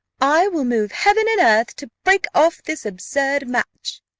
i will move heaven and earth to break off this absurd match.